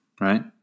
right